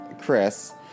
Chris